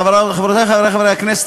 חברותי וחברי חברי הכנסת,